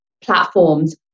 platforms